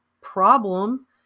problem